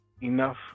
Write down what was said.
Enough